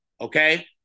Okay